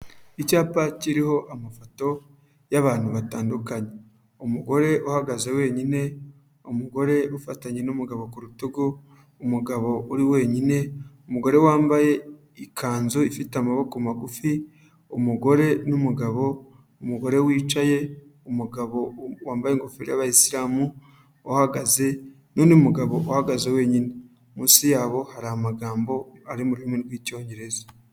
Icyapa kiriho amafoto y'abantu batandukanye, umugore uhagaze wenyine, umugore ufatanye n'umugabo ku rutugu, umugabo uri wenyine, umugore wambaye ikanzu ifite amaboko magufi, umugore n'umugabo, umugore wicaye, umugabo wambaye ingofero y'abayisilamu uhagaze n'undi mugabo uhagaze wenyine, munsi yabo hari amagambo ari mu rurimi rw'Icyongereza.